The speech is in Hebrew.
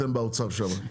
אתם באוצר שם,